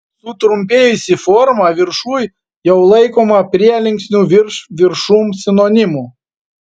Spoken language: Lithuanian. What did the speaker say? sutrumpėjusi forma viršuj jau laikoma prielinksnių virš viršum sinonimu